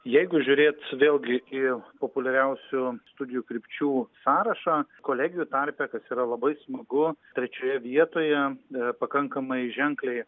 jeigu žiūrėt vėlgi į populiariausių studijų krypčių sąrašą kolegijų tarpe kas yra labai smagu trečioje vietoje pakankamai ženkliai